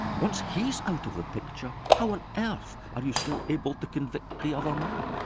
once he's out of the picture, how on earth are you still able to convict the other man?